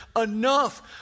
Enough